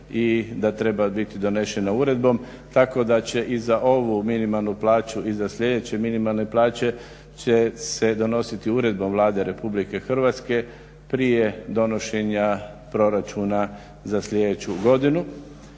i da treba biti donošena uredbom, tako da će i za ovu minimalnu plaću i za sljedeće minimalne plaće će se donositi Uredbom Vlade Republike Hrvatske prije donošenja proračuna za sljedeću godinu.